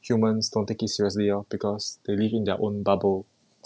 humans don't take it seriously lor because they live in their own bubble